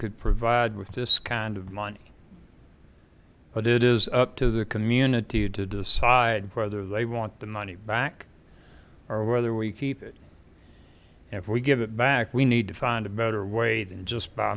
could provide with this kind of money but it is up to the community to decide whether they want the money back or whether we keep if we give it back we need to find a better way than just by